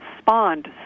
spawned